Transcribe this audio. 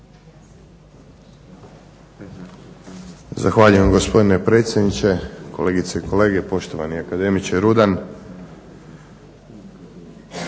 Zahvaljujem gospodine predsjedniče, kolegice i kolege, poštovani akademiče Rudan.